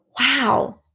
Wow